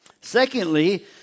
Secondly